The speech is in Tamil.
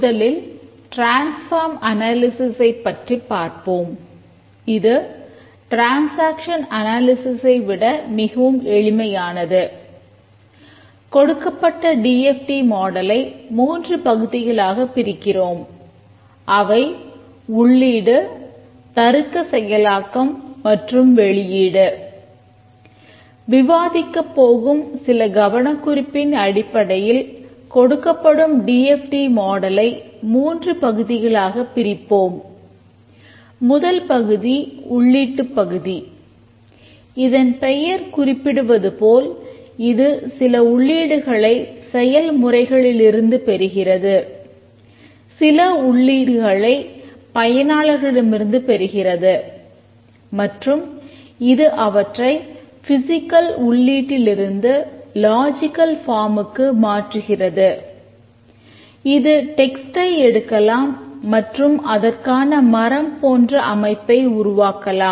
முதலில் டிரான்ஸ்பார்ம் அனாலிசிஸைப் உருவாக்கலாம்